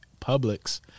Publix